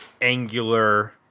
angular